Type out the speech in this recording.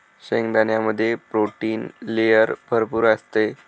शेंगदाण्यामध्ये protein layer भरपूर असते